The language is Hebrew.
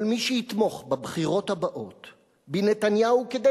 כל מי שיתמוך בבחירות הבאות בנתניהו כדי